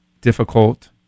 difficult